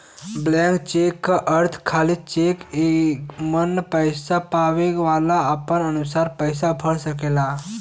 blank cheque क अर्थ खाली चेक एमन पैसा पावे वाला अपने अनुसार पैसा भर सकेला